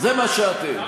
זה מה שאתם.